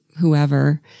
whoever